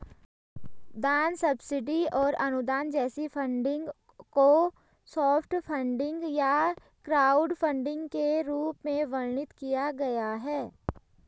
दान सब्सिडी और अनुदान जैसे फंडिंग को सॉफ्ट फंडिंग या क्राउडफंडिंग के रूप में वर्णित किया गया है